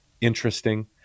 interesting